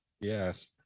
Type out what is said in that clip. Yes